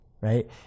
right